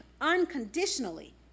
unconditionally